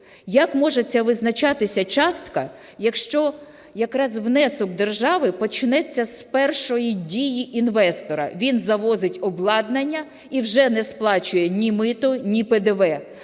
Як може ця визначатися частка, якщо якраз внесок держави почнеться з першої дії інвестора? Він завозить обладнання і вже не сплачує ні мито, ні ПДВ,